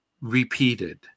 repeated